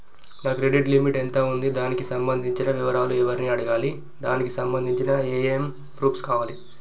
నా credit limit ఎంత ఉంది? దానికి సంబంధించిన వివరాలు ఎవరిని అడగాలి? దానికి సంబంధించిన ఏమేం ప్రూఫ్స్ కావాలి?